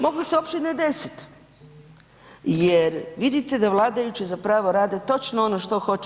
Mogla se uopće ne desiti, jer vidite da vladajući zapravo rade točno ono što hoće.